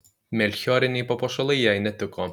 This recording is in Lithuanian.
melchioriniai papuošalai jai netiko